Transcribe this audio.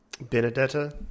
Benedetta